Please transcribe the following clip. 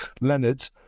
Leonard